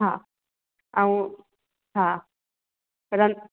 हा ऐं हा रंध